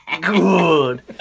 Good